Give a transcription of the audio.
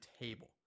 table